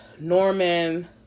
Norman